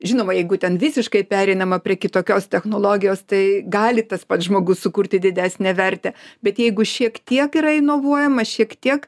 žinoma jeigu ten visiškai pereinama prie kitokios technologijos tai gali tas pats žmogus kurti didesnę vertę bet jeigu šiek tiek yra inovuojama šiek tiek